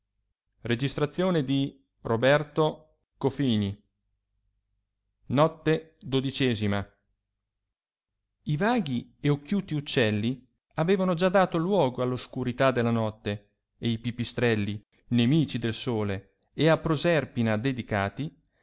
fine dell undecima notte notte duodecima i vaghi e occhiuti uccelli avevano già dato luogo all'oscurità della notte e i pipistrelli nemici del sole e a proserpina dedicati